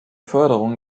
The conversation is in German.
förderung